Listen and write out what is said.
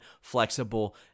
flexible